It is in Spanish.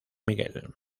miguel